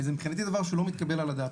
זה מבחינתי דבר שלא מתקבל על הדעת.